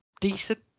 decent